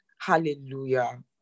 hallelujah